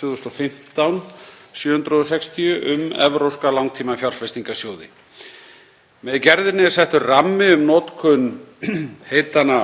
2015/760, um evrópska langtímafjárfestingarsjóði. Með gerðinni er settur rammi um notkun heitanna